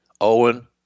Owen